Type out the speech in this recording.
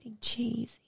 Cheesy